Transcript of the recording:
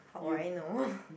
how would I know